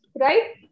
right